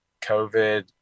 COVID